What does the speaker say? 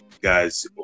guys